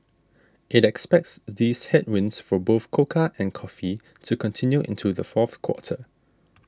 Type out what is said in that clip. it expects these headwinds for both cocoa and coffee to continue into the fourth quarter